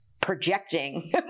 projecting